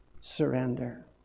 surrender